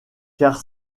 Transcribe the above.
car